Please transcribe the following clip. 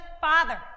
father